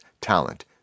talent